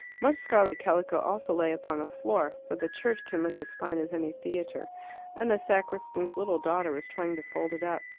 much scarlet calico also lay upon the floor for the church can look as fine as any theatre and the sacristan's little daughter was trying to fold it up.